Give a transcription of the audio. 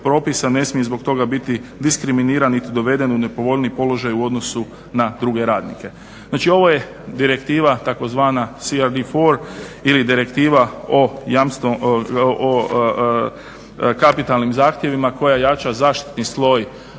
ne smije zbog toga biti diskriminiran niti doveden u nepovoljniji položaj u odnosu na druge radnike. Znači, ovo je Direktiva takozvana …/Govornik govori engleskim jezikom./… ili Direktiva o kapitalnim zahtjevima koja jača zaštitni sloj